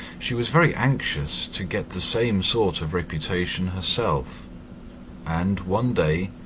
she was very anxious to get the same sort of reputation herself and, one day,